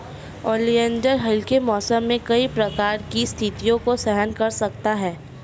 oleander हल्के मौसम में कई प्रकार की स्थितियों को सहन कर सकता है